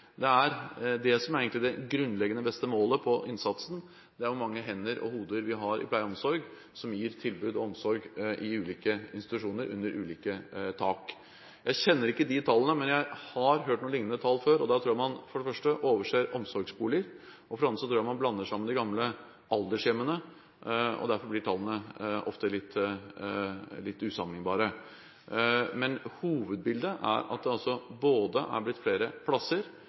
Det er det som egentlig er det grunnleggende og beste målet på innsatsen – hvor mange hender og hoder vi har innen pleie og omsorg, som gir pleie og omsorg i ulike institusjoner under ulike tak. Jeg kjenner ikke de tallene, men jeg har hørt noen liknende tall før. Jeg tror man for det første overser omsorgsboliger. For det andre tror jeg man blander dette sammen med de gamle aldershjemmene. Derfor blir tallene ofte litt usammenliknbare. Men hovedbildet er at det er blitt bedre plasser, og ikke minst at det er blitt flere